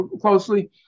closely